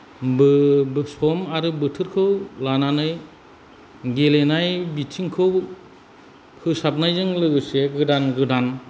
बो बो सम आरो बोथोरखौ लानानै गेलेनाय बिथिंखौ फोसाबनायजों लोगोसे गोदान गोदान